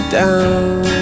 down